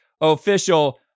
official